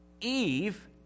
Eve